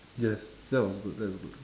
yes that was good that's good